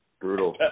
Brutal